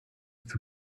für